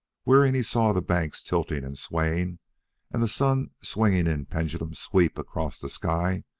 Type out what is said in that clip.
wherein he saw the banks tilting and swaying and the sun swinging in pendulum-sweep across the sky,